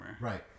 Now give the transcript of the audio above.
Right